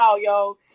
yo